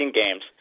games